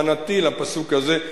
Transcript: הבנתי לפסוק הזה,